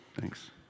Thanks